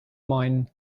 mine